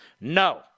No